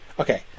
Okay